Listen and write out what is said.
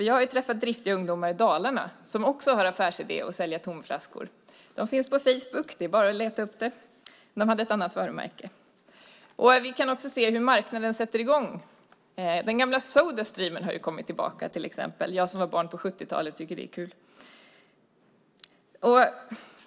Jag har träffat driftiga ungdomar i Dalarna som också har som affärsidé att sälja tomma flaskor. De finns på Facebook, bara att leta upp. De hade ett annat varumärke. Vi kan också se vad marknaden sätter i gång. Sodastream har kommit tillbaka till exempel. Jag som var barn på 70-talet tycker att det är kul.